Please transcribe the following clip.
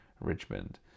Richmond